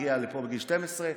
הגיע לפה בגיל 12,